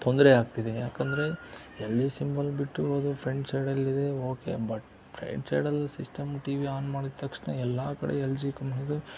ತೊಂದರೆ ಆಗ್ತಿದೆ ಯಾಕಂದರೆ ಎಲ್ ಜಿ ಸಿಂಬಲ್ ಬಿಟ್ಟು ಹೋದೋರು ಫ್ರೆಂಡ್ಸ್ ಓಕೆ ಬಟ್ ಎಷ್ಟು ಹೇಳಿದ್ರು ಸಿಸ್ಟಮ್ ಟಿ ವಿ ಆನ್ ಮಾಡಿದ ತಕ್ಷಣ ಎಲ್ಲ ಕಡೆ ಎಲ್ ಜಿ ಕಂಪ್ನೀದು